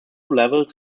levels